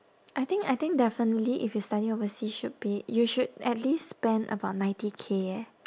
I think I think definitely if you study overseas should be you should at least spend about ninety K eh